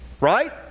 right